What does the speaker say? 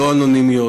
לא אנונימיות.